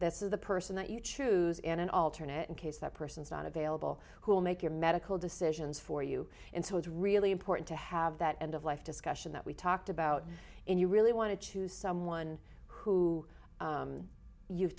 is the person that you choose in an alternate in case that person is not available who will make your medical decisions for you and so it's really important to have that end of life discussion that we talked about and you really want to choose someone who you've